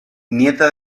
nieta